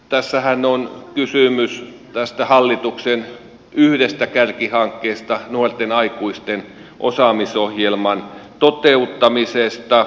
tässähän on kysymys tästä hallituksen yhdestä kärkihankkeesta nuorten aikuisten osaamisohjelman toteuttamisesta